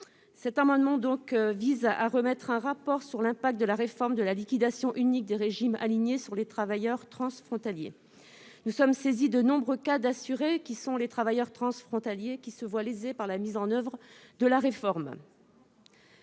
demander la remise d'un rapport sur l'impact de la réforme de la liquidation unique des régimes alignés sur les travailleurs transfrontaliers. Nous sommes en effet saisis de nombreux cas d'assurés qui, travailleurs transfrontaliers, se voient lésés par la mise en oeuvre de la réforme.